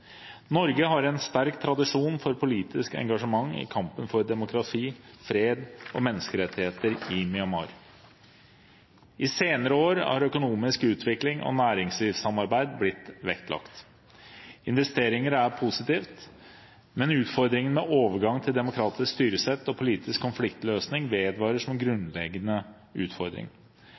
Norge har en sterk tradisjon for politisk engasjement i kampen for demokrati, fred og menneskerettigheter i Myanmar. I senere år har økonomisk utvikling og næringslivssamarbeid blitt vektlagt. Investeringer er positivt, men utfordringene med overgang til demokratisk styresett og politisk konfliktløsning vedvarer som grunnleggende utfordringer. Denne situasjonen krever en